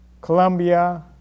Colombia